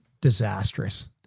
disastrous